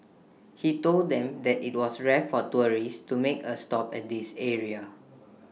he told them that IT was rare for tourists to make A stop at this area